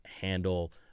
handle